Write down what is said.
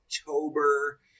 October